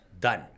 Done